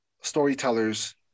storytellers